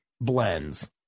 blends